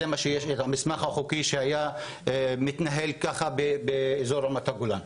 זה המסמך החוקי שהיה מתנהל ככה באזור רמת הגולן,